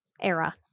era